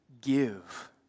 give